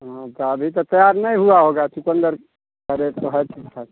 तो अभी तक तैयार नहीं हुआ होगा चुकंदर का रेट तो है ठीक ठाक